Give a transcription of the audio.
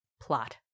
plot